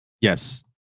Yes